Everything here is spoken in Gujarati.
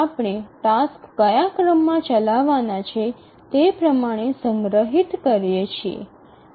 આપણે ટાસક્સ કયા ક્રમમાં ચલાવવાના છે તે પ્રમાણે સંગ્રહિત કરીએ છીએ